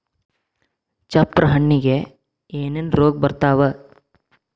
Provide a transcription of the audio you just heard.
ಚಪ್ರ ಹಣ್ಣಿಗೆ ಏನೇನ್ ರೋಗ ಬರ್ತಾವ?